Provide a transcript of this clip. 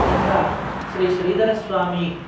तत्र श्रीश्रीधरस्वामी